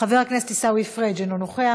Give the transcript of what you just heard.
חבר הכנסת עיסאווי פריג' אינו נוכח,